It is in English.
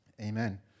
amen